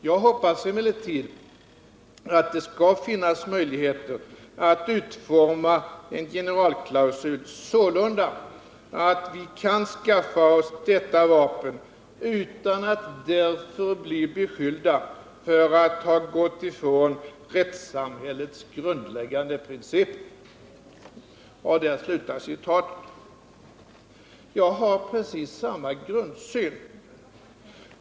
Jag hoppas emellertid att det skall finnas möjligheter att utforma en generalklausul sålunda att vi kan skaffa oss detta vapen utan att därför bli beskyllda för att ha gått ifrån rättssamhällets grundläggande principer.” Jag har precis samma grundsyn.